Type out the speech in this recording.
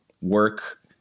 work